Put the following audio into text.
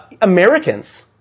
Americans